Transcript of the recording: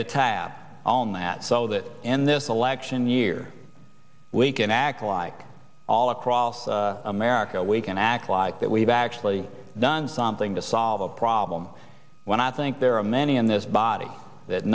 the tab on that so that in this election year we can act like all across america we can act like that we've actually done something to solve a problem when i think there are many in this body that